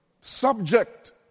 subject